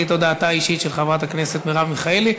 את הודעתה האישית של חברת הכנסת מרב מיכאלי,